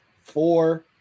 four